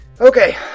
Okay